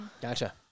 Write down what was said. Gotcha